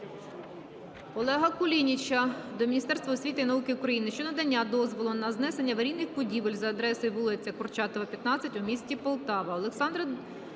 Олега Кулініча до Міністерства освіти і науки України щодо надання дозволу на знесення аварійних будівель за адресою: вул. Курчатова, 15 у місті Полтава.